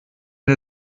der